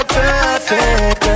perfect